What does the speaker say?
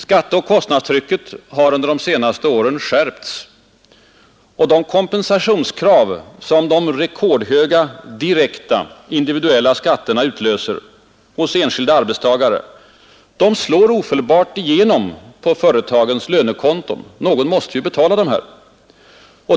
Skatteoch kostnadstrycket har under de senaste åren skärpts, och de kompensationskrav som de rekordhöga direkta skatterna utlöser hos enskilda arbetstagare slår ofelbart igenom på företagens lönekonton. Någon måste ju betala.